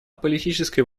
политической